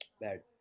bad